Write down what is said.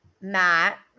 Matt